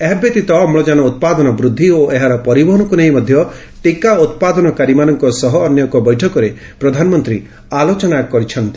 ଏହାବ୍ୟତୀତ ଅମୁକାନ ଉପାଦନ ବୂଦ୍ଧି ଓ ଏହାର ପରିବହନକୁ ନେଇ ମଧ୍ଧ ଟିକା ଉପାଦନକାରୀମାନଙ୍କ ସହ ଅନ୍ୟଏକ ବୈଠକରେ ପ୍ରଧାନମନ୍ତୀ ଆଲୋଚନା କରିସାରିଛନ୍ତି